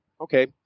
Okay